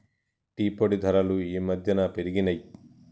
tea పొడి ధరలు ఈ మధ్యన పెరిగినయ్